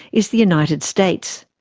is the united states.